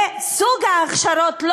וסוג ההכשרות,